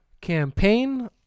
campaign